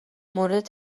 مورد